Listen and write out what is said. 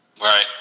Right